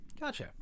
Gotcha